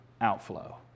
Outflow